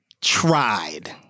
tried